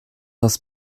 das